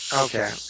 Okay